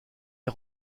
est